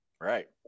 right